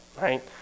right